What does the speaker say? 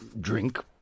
drink